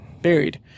buried